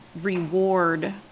reward